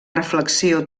reflexió